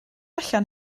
allan